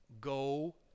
go